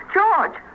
George